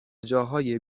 جاهای